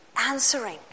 answering